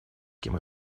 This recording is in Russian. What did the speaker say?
кем